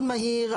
מאוד מהיר.